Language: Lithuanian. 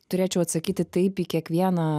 turėčiau atsakyti taip į kiekvieną